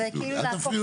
זה מיעוט